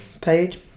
page